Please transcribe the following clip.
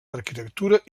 arquitectura